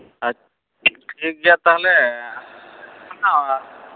ᱟᱪᱪᱷᱟ ᱴᱷᱤᱠᱜᱮᱭᱟ ᱛᱟᱦᱚᱞᱮ ᱚᱱᱟ